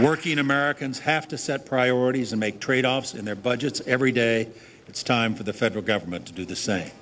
working americans have to set priorities and make tradeoffs in their budgets every day it's time for the federal government to do the same